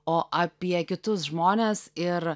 o apie kitus žmones ir